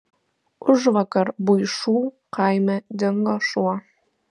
užvakar buišų kaime dingo šuo